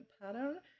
pattern